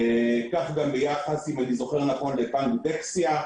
כך גם ביחס, אם אני זוכר, ביחס לבנק דקסיה,